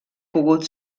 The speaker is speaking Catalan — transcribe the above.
pogut